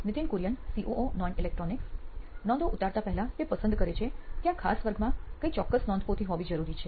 Nithin Kurian COO નોઇન electronics નોંધો ઉતારતાં પહેલાં તે પસંદ કરે છે કે આ ખાસ વર્ગમાં કઈ ચોક્કસ નોંધપોથી હોવી જરૂરી છે